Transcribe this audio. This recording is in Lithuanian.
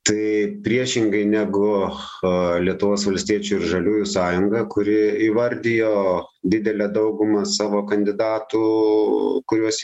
tai priešingai negu cha lietuvos valstiečių ir žaliųjų sąjunga kuri įvardijo didelę daugumą savo kandidatų kuriuos jie